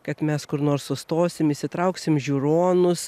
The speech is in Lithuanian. kad mes kur nors sustosim išsitrauksim žiūronus